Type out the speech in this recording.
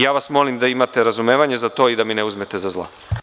Ja vas molim da imate razumevanje za to i da mi ne uzmete za zlo.